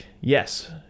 yes